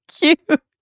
cute